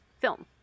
film